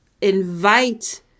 invite